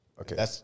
Okay